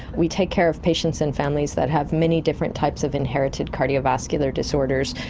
we take care of patients and families that have many different types of inherited cardiovascular disorders,